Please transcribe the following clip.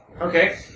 Okay